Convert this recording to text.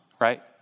right